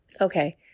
Okay